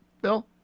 Bill